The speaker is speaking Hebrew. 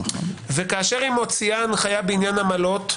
וכאשר היא מוציא הנחיה בעניין עמלות,